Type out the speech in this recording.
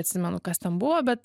atsimenu kas ten buvo bet